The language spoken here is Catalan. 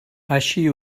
així